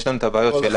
יש לנו את הבעיות שלנו.